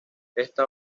esta